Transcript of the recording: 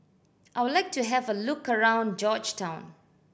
I would like to have a look around Georgetown